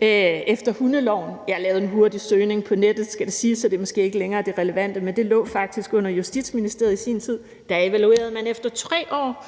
I forhold til hundeloven – det skal siges, at jeg lavede en hurtig søgning på nettet, så det er måske ikke længere det relevante – lå det faktisk under Justitsministeriet i sin tid, og der evaluerede man efter 3 år,